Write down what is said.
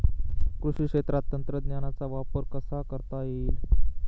कृषी क्षेत्रात तंत्रज्ञानाचा वापर कसा करता येईल?